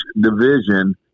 division